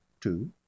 two